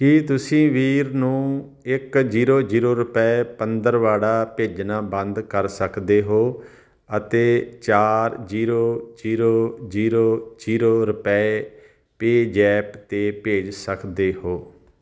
ਕੀ ਤੁਸੀਂ ਵੀਰ ਨੂੰ ਇੱਕ ਜੀਰੋ ਜੀਰੋ ਰੁਪਏ ਪੰਦਰਵਾੜਾ ਭੇਜਣਾ ਬੰਦ ਕਰ ਸਕਦੇ ਹੋ ਅਤੇ ਚਾਰ ਜੀਰੋ ਜੀਰੋ ਜੀਰੋ ਜੀਰੋ ਰੁਪਏ ਪੇਅਜੈਪ 'ਤੇ ਭੇਜ ਸਕਦੇ ਹੋ